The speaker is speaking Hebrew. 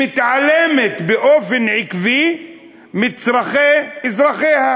שמתעלמת באופן עקבי מצורכי אזרחיה.